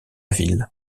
ville